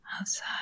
outside